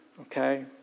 Okay